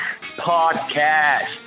podcast